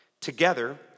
Together